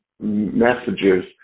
messages